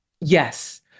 Yes